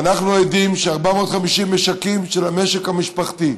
ואנחנו עדים לכך ש-450 משקים של המשק המשפחתי,